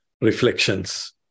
reflections